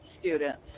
students